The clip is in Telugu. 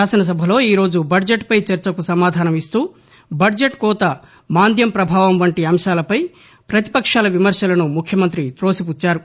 శాసనసభలో ఈరోజు బద్జెట్పై చర్చకు సమాధానం ఇస్తూ బద్జెట్ కోత మాందం్య ప్రభావం వంటి అంశాలపై పతిపక్షాల విమర్శలను ముఖ్యమంతి తోసిపుచ్చారు